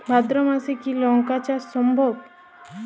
ভাদ্র মাসে কি লঙ্কা চাষ সম্ভব?